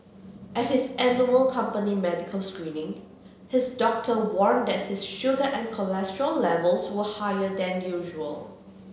at his annual company medical screening his doctor warned that his sugar and cholesterol levels were higher than usual